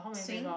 sing